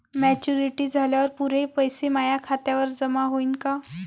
Maturity झाल्यावर पुरे पैसे माया खात्यावर जमा होईन का?